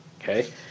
Okay